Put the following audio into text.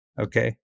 okay